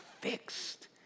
fixed